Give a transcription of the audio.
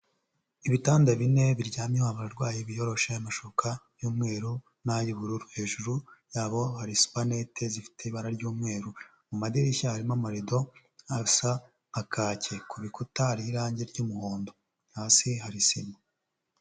Ibitanda bine biryamye abarwayi, biyoroshya amashuka y'umweru n'ay'ubururu, hejuru yabo hari supanete zifite ibara ry'umweru, mu madirishya harimo amarido asa nka kake, ku bikuta hariho irangi ry'umuhondo, hasi hari sima.